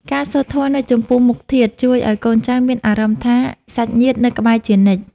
ការសូត្រធម៌នៅចំពោះមុខធាតុ ជួយឱ្យកូនចៅមានអារម្មណ៍ថាសាច់ញាតិនៅក្បែរជានិច្ច។